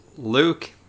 Luke